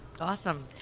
Awesome